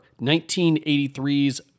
1983's